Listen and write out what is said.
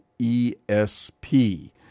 ESP